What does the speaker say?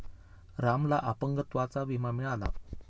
रामला अपंगत्वाचा विमा मिळाला